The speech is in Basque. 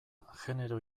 genero